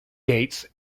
gates